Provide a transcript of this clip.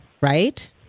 right